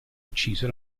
ucciso